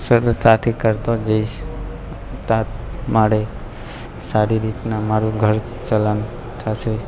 સરળતાથી કરતો જઈશ તાત મારે સારી રીતના મારું ઘર ચલણ થશે